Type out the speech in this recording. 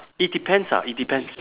it depends ah it depends